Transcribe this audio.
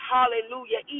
Hallelujah